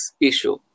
issue